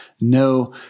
No